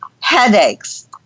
headaches